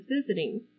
visiting